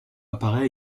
apparaît